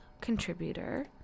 contributor